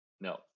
No